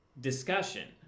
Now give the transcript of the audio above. discussion